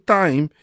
time